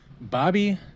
Bobby